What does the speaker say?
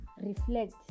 reflect